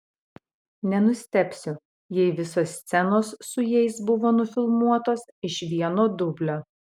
nenustebsiu jei visos scenos su jais buvo nufilmuotos iš vieno dublio